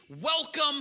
welcome